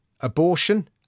abortion